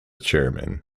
chairman